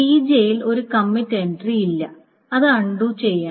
Tj ൽ ഒരു commit entry ഇല്ല അത് അൺണ്ടു ചെയ്യണം